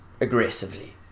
aggressively